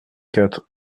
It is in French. quatre